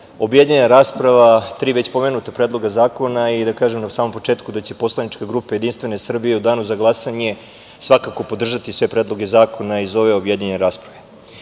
objedinjena rasprava tri već pomenuta predloga zakona. Da kažem na samom početku da će poslanička grupa JS u danu za glasanje svakako podržati sve predloge zakona iz ove objedinjene rasprave. Moj